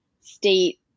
state